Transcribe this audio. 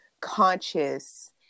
conscious